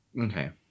Okay